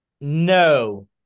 No